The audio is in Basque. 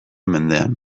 mendean